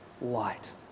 light